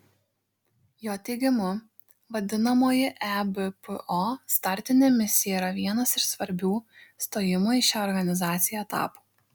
jo teigimu vadinamoji ebpo startinė misija yra vienas iš svarbių stojimo į šią organizaciją etapų